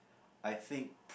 I think